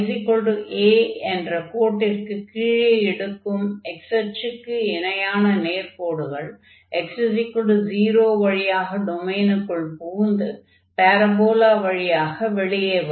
y a என்ற கோட்டிற்கு கீழே எடுக்கும் x அச்சுக்கு இணையான நேர்க்கோடுகள் x0 வழியாக டொமைனுக்குள் புகுந்து பாரபோலா வழியாக வெளியே வரும்